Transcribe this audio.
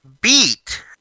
beat